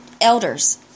elders